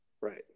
Right